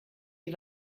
die